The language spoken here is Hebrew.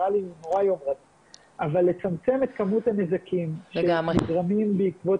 אבל לצמצם את כמות הנזקים שנגרמים בעקבות